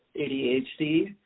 ADHD